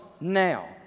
now